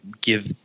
give